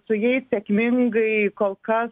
su jais sėkmingai kol kas